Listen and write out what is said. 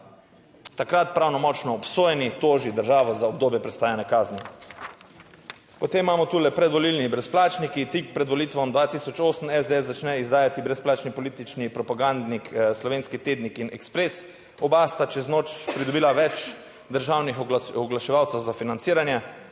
takrat pravnomočno obsojeni toži državo za obdobje prestajanja kazni. Potem imamo tule predvolilni brezplačniki, tik pred volitvami 2008, SDS začne izdajati brezplačni politični propagandnik Slovenski tednik in Ekspres, oba sta čez noč pridobila več državnih oglaševalcev za financiranje,